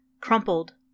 crumpled